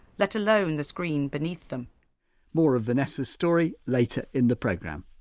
let alone the screen beneath them more of vanessa's story later in the programme.